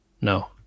No